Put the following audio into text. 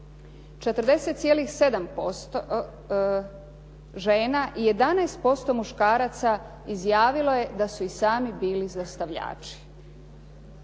40,7% žena i 11% muškaraca izjavilo je da su i sami bili zlostavljači.